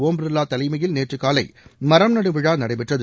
ஒம்பிர்வா தலைமையில் நேற்று காலை மரம் நடும் விழா ்நடைபெற்றது